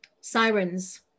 sirens